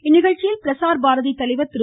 இந்நிகழ்ச்சியில் பிரசார் பாரதி தலைவர் திரு